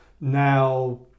now